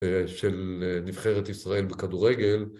של נבחרת ישראל בכדורגל.